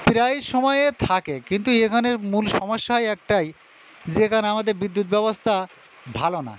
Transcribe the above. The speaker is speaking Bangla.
প্রায় সময়ে থাকে কিন্তু এখানের মূল সমস্যা হয় একটাই যে কারণে আমাদের বিদ্যুৎ ব্যবস্থা ভালো না